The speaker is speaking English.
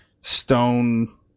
stone